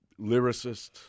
lyricist